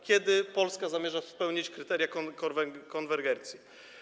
Kiedy Polska zamierza spełnić kryteria konwergencji?